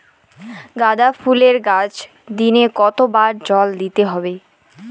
গাদা ফুলের গাছে দিনে কতবার জল দিতে হবে?